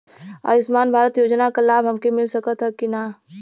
आयुष्मान भारत योजना क लाभ हमके मिल सकत ह कि ना?